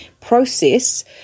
process